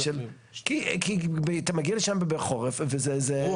כי אתה מגיע לשם בחורף וזה --- הוא